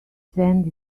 send